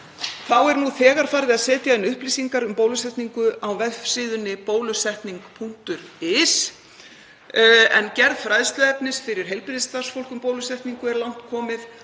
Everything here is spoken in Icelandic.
Þá er nú þegar farið að setja inn upplýsingar um bólusetningu á vefsíðunni bólusetning.is, en gerð fræðsluefnis fyrir heilbrigðisstarfsfólk um bólusetningu er langt komin